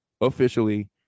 Officially